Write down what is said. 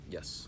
Yes